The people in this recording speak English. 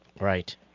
Right